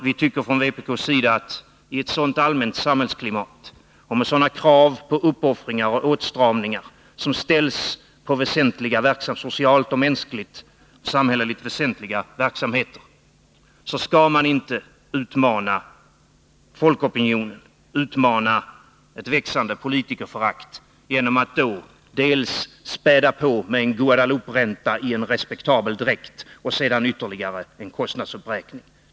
Vi tycker från vpk:s sida att i ett sådant allmänt samhällsklimat och med sådana krav på uppoffringar och åtstramningar som ställs, socialt och mänskligt, på samhälleligt väsentliga verksamheter, skall man inte utmana folkopinionen, utmana ett växande politikerförakt, genom att dels späda på med en Guadelouperänta i en respektabel dräkt, dels sedan göra ytterligare en kostnadsuppräkning.